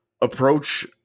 approach